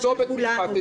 אותו בית משפט.